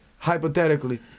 Hypothetically